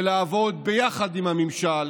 ולעבוד יחד עם הממשל